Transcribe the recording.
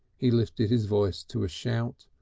he lifted his voice to a shout.